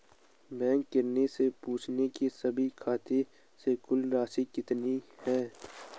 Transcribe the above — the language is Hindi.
बैंक किरानी से पूछना की सभी खाते से कुल राशि कितनी है